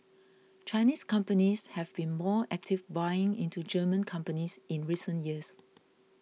Chinese companies have been more active buying into German companies in recent years